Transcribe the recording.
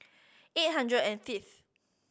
eight hundred and fifth